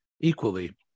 equally